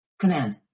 Command